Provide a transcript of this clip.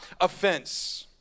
offense